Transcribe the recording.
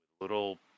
little